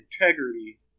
integrity